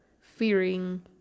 fearing